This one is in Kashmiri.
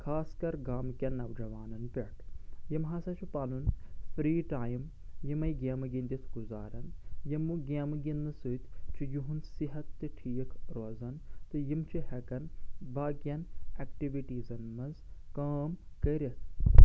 خاص کر گامکٮ۪ن نَوجوانَن پٮ۪ٹھ یِم ہسا چھُ پَنُن فرٛی ٹایم یِمٕے گیمہٕ گِنٛدِتھ گُزارَان یِمہٕ گیمہٕ گِنٛدنہٕ سۭتۍ چھُ یِہُنٛد صحت تہِ ٹھیٖک روزَان تہٕ یِم چھِ ہیٚکَان باقیَن اٮ۪کٹٕوِٹیٖزَن منٛز کٲم کٔرِتھ